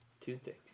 Tuesday